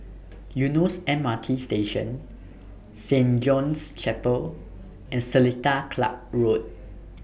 Eunos MRT Station Saint John's Chapel and Seletar Club Road